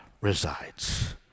resides